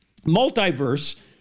multiverse